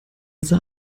sah